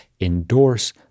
endorse